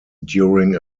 during